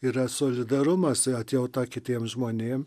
yra solidarumas atjauta kitiems žmonėm